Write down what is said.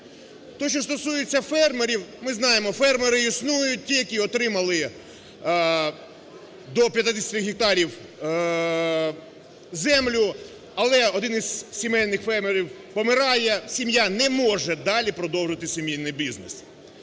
Те, що стосується фермерів, ми знаємо, фермери існують ті, які отримали до 50 гектарів землю, але один із сімейних фермерів помирає - сім'я не може далі продовжувати сімейний бізнес.